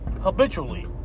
habitually